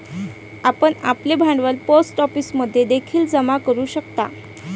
आपण आपले भांडवल पोस्ट ऑफिसमध्ये देखील जमा करू शकता